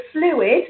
fluid